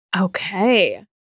Okay